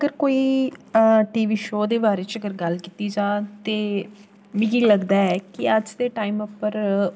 अगर कोई T V show दे बारे च अगर गल्ल कीती जा ते मिगी लगदा ऐ कि अज्ज दे टाइम उप्पर